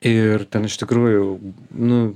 ir ten iš tikrųjų nu